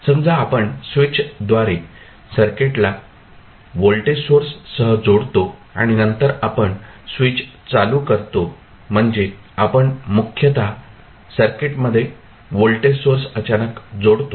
समजा आपण स्विच द्वारे सर्किटला व्होल्टेज सोर्स सह जोडतो आणि नंतर आपण स्विच चालू करतो म्हणजे आपण मुख्यता सर्किटमध्ये व्होल्टेज सोर्स अचानक जोडतो